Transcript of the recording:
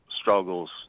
struggles